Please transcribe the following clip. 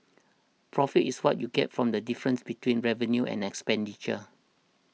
profit is what you get from the difference between revenue and expenditure